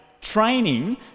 training